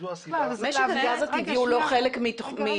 זו הסיבה --- משק הגז הטבעי הוא לא חלק --- רגע,